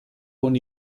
con